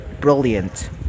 brilliant